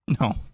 No